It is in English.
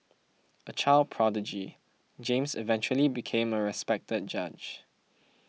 a child prodigy James eventually became a respected judge